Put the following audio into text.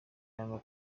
hano